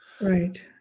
Right